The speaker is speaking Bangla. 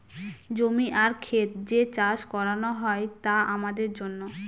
জমি আর খেত যে চাষ করানো হয় তা আমাদের জন্য